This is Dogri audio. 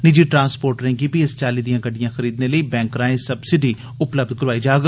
निजी ट्रांसपोर्टरें गी बी इस चाल्ली दियां बसां खरीदने लेई बैक राएं सब्सिडी उपलब्ध कराई जाग